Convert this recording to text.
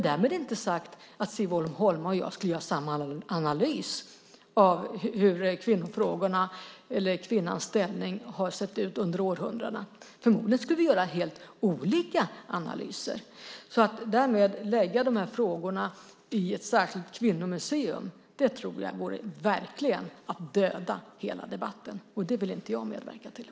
Därmed inte sagt att Siv Holma och jag skulle göra samma analys av hur kvinnofrågorna och kvinnans ställning har sett ut genom århundradena. Vi skulle förmodligen göra helt olika analyser. Att lägga de här frågorna i ett särskilt kvinnomuseum tror jag vore att döda hela debatten. Det vill inte jag medverka till.